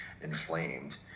inflamed